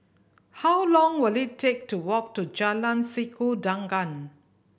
how long will it take to walk to Jalan Sikudangan